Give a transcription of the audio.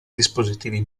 dispositivi